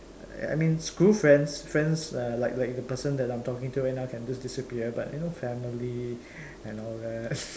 I I mean school friends friends like like the person that I am talking to right now can just disappear but you know family and all that